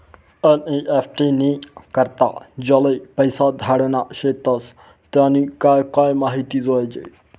NEFT नी करता ज्याले पैसा धाडना शेतस त्यानी काय काय माहिती जोयजे